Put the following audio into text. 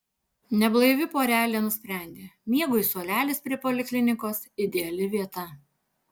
neblaivi porelė nusprendė miegui suolelis prie poliklinikos ideali vieta